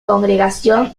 congregación